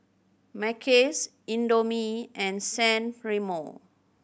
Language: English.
Mackays Indomie and San Remo